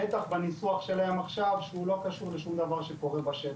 בטח בניסוח שלהן עכשיו שהוא לא קשור לשום דבר שקורה בשטח.